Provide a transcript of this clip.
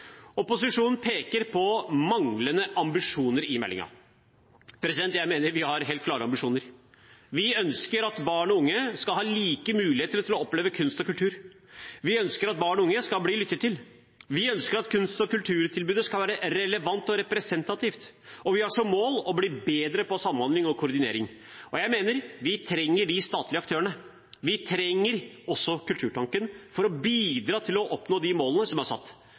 Opposisjonen peker på manglende ambisjoner i meldingen. Jeg mener vi har helt klare ambisjoner. Vi ønsker at barn og unge skal ha like muligheter til å oppleve kunst og kultur. Vi ønsker at barn og unge skal bli lyttet til. Vi ønsker at kunst- og kulturtilbudet skal være relevant og representativt. Vi har som mål å bli bedre på samhandling og koordinering. Jeg mener at vi trenger de statlige aktørene, vi trenger også Kulturtanken, for å bidra til å oppnå de målene som er satt